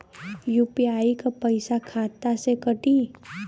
UPI क पैसा खाता से कटी?